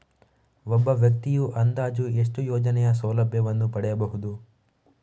ಒಬ್ಬ ವ್ಯಕ್ತಿಯು ಅಂದಾಜು ಎಷ್ಟು ಯೋಜನೆಯ ಸೌಲಭ್ಯವನ್ನು ಪಡೆಯಬಹುದು?